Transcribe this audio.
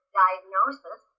diagnosis